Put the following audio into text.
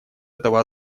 этого